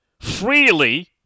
freely